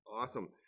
Awesome